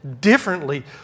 differently